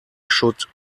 should